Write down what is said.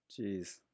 Jeez